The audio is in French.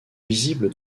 visibles